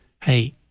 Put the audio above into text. hey